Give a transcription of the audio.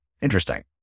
Interesting